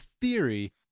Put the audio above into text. theory